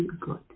good